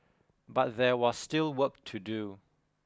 but there was still work to do